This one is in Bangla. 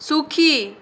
সুখী